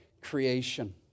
creation